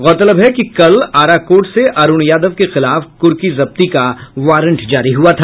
गौरतलब है कि कल आरा कोर्ट से अरूण यादव के खिलाफ कुर्की जब्ती का वारंट जारी हुआ था